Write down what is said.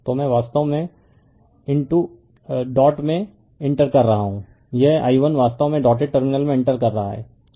तो मैं वास्तव में डॉट में इंटर कर रहा हूं यह i1 वास्तव में डॉटेड टर्मिनल में इंटर कर रहा है और हम देखेंगे